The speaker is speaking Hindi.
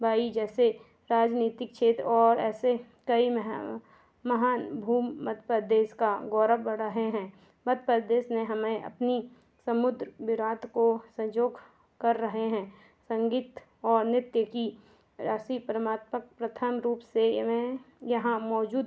बाई जैसे राजनीतिक शटर और ऐसे कई मेहा महान भू मध्य प्रदेश का गौरव बड़ाए हैं मध्य प्रदेश ने हमें अपनी समुद्र विराट को सँजोह कर रहे हैं संगीत और नृत्य की ऐसी प्रमात्मक प्रथम रूप से इवें यहाँ मौजूद